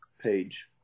page